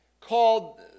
called